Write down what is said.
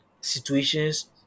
situations